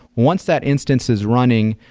once that instance is running,